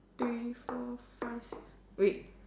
three four five six wait